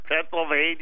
Pennsylvania